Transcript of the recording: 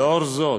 לנוכח זאת,